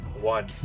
One